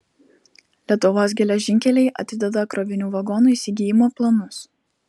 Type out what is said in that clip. lietuvos geležinkeliai atideda krovinių vagonų įsigijimo planus